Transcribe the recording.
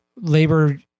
labor